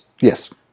Yes